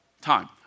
time